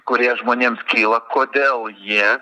kurie žmonėms kyla kodėl jie